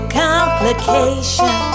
complication